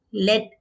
let